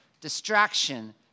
distraction